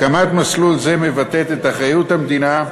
הקמת מסלול זה מבטאת את אחריות המדינה,